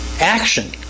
action